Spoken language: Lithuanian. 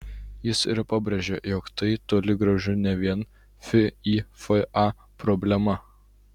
jis ir pabrėžė jog tai toli gražu ne vien fifa problema